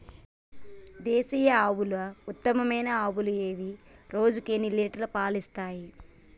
దేశీయ ఆవుల ఉత్తమమైన ఆవులు ఏవి? రోజుకు ఎన్ని లీటర్ల పాలు ఇస్తాయి?